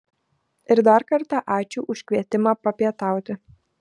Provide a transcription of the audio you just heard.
ir dar kartą ačiū už kvietimą papietauti